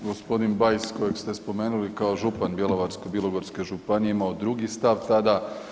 Gospodin Bajs kojeg ste spomenuli kao župan Bjelovarsko-bilogorske županije imao drugi stav tada.